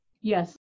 Yes